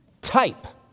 type